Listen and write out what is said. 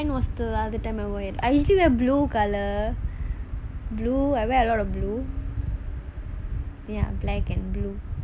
when was the last time I wear I usually wear blue colour blue I wear a lot of blue ya black and blue